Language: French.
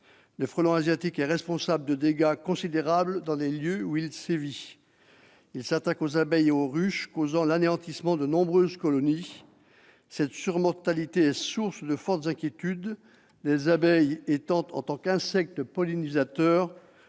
Le frelon asiatique est responsable de dégâts considérables dans les lieux où il sévit. Il s'attaque aux abeilles et aux ruches, causant l'anéantissement de nombreuses colonies. Cette surmortalité est source de fortes inquiétudes, les abeilles étant, en tant qu'insectes pollinisateurs,